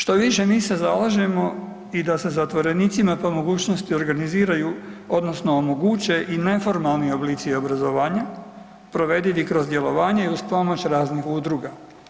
Štoviše mi se zalažemo i da se zatvorenici ako je mogućnosti organiziraju odnosno omoguće i neformalni oblici obrazovanja provedivi kroz djelovanje i uz pomoć raznih udruga.